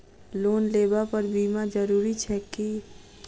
Loan लेबऽ पर बीमा जरूरी छैक की?